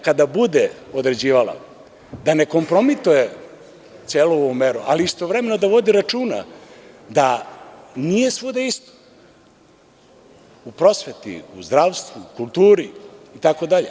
Kada bude određivala da ne kompromituje ovu celu meru, ali istovremeno da vodi računa da nije svuda isto, u prosveti, u zdravstvu, kulturi itd.